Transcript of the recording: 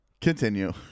continue